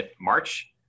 March